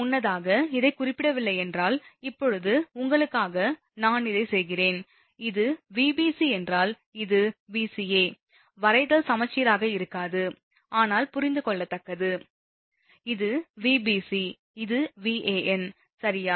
முன்னதாக இதை குறிப்பிடவில்லை என்றால் இப்போது உங்களுக்காக நான் இதைச் செய்கிறேன் இது Vbc என்றால் இது Vca வரைதல் சமச்சீராக இருக்காது ஆனால் புரிந்துகொள்ளத்தக்கது இது Vab இது Van சரியா